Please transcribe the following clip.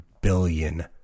billion